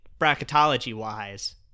bracketology-wise